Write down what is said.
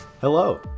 Hello